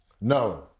no